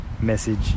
message